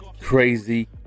crazy